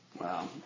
Wow